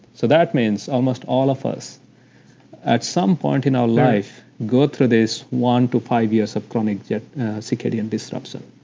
so that means almost all of us at some point in our life go through this one to five years of chronic circadian disruption